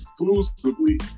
Exclusively